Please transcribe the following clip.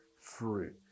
fruit